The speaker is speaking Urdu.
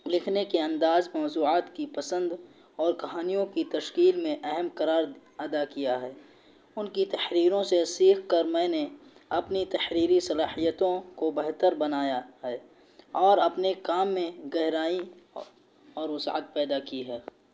لکھنے کے انداز موضوعات کی پسند اور کہانیوں کی تشکیل میں اہم کردار ادا کیا ہے ان کی تحریروں سے سیکھ کر میں نے اپنی تحریری صلاحیتوں کو بہتر بنایا ہے اور اپنے کام میں گہرائی اور وسعت پیدا کی ہے